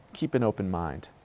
keep an open mind.